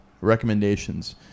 Recommendations